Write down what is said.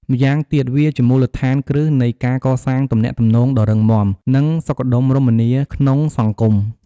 ម៉្យាងទៀតវាជាមូលដ្ឋានគ្រឹះនៃការកសាងទំនាក់ទំនងដ៏រឹងមាំ និងសុខដុមរមនាក្នុងសង្គម។